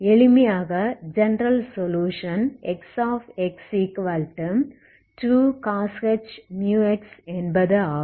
எளிமையாக general solution Xx2cosh μx என்பது ஆகும்